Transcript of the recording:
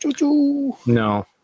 no